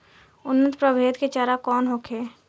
उन्नत प्रभेद के चारा कौन होखे?